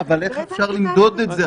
אבל איך אפשר למדוד את זה?